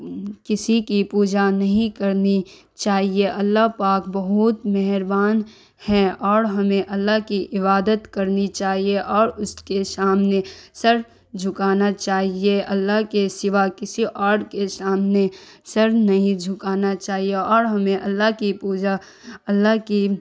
کسی کی پوجا نہیں کرنی چاہیے اللہ پاک بہت مہربان ہیں اور ہمیں اللہ کی عبادت کرنی چاہیے اور اس کے سامنے سر جھکانا چاہیے اللہ کے سوا کسی اور کے سامنے سر نہیں جھکانا چاہیے اور ہمیں اللہ کی پوجا اللہ کی